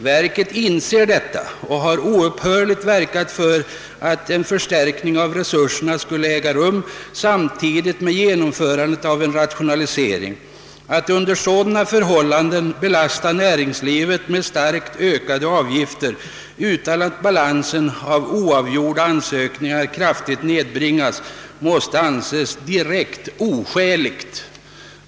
Verket inser detta och har oupphörligt begärt att en förstärkning av resurserna skulle medges, samtidigt som en rationalisering genomföres. Att under sådana förhållanden belasta näringslivet med kraftigt ökade avgifter utan att balansen av oavgjorda ansökningar betydligt nedbringas måste anses direkt oskäligt.